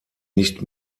nicht